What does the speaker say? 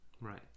Right